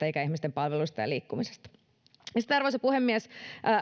ikäihmisten palveluista ja liikkumisesta sitten arvoisa puhemies